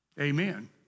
Amen